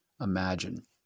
imagine